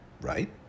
right